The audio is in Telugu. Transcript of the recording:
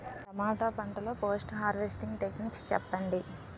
టమాటా పంట లొ పోస్ట్ హార్వెస్టింగ్ టెక్నిక్స్ చెప్పండి?